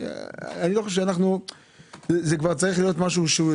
זה מחייב שינוי גדול יותר